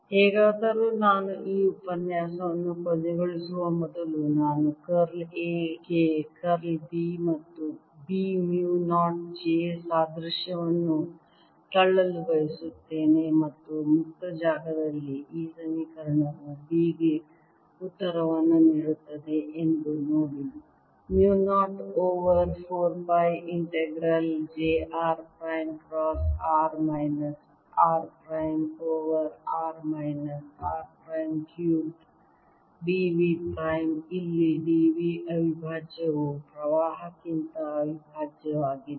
ಹೇಗಾದರೂ ನಾನು ಈ ಉಪನ್ಯಾಸವನ್ನು ಕೊನೆಗೊಳಿಸುವ ಮೊದಲು ನಾನು ಕರ್ಲ್ A ಗೆ ಕರ್ಲ್ B ಮತ್ತು B ಮ್ಯೂ 0 j ಸಾದೃಶ್ಯವನ್ನು ತಳ್ಳಲು ಬಯಸುತ್ತೇನೆ ಮತ್ತು ಮುಕ್ತ ಜಾಗದಲ್ಲಿ ಈ ಸಮೀಕರಣವು B ಗೆ ಉತ್ತರವನ್ನು ನೀಡುತ್ತದೆ ಎಂದು ನೋಡಿ mu 0 over 4 pi integral jr prime cross r minus r prime over r minus r prime cube d v prime ಇಲ್ಲಿ d v ಅವಿಭಾಜ್ಯವು ಪ್ರವಾಹಕ್ಕಿಂತ ಅವಿಭಾಜ್ಯವಾಗಿದೆ